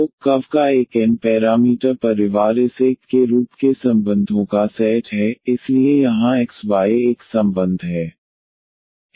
तो कर्व का एक एन पैरामीटर परिवार इस एक के रूप के संबंधों का सेट है इसलिए यहां x y एक संबंध है xyfxyc1c2cn0